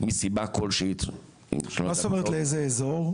מסיבה כלשהו- -- מה זאת אומרת באיזה אזור?